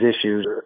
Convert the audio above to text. issues